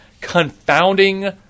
confounding